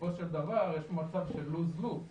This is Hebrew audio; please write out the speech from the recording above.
בסופו של דבר, יש מצב של Lose-Lose .